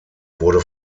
wurde